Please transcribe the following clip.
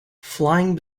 flying